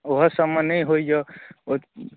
ओहो सबमे नहि होइए ओ